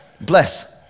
bless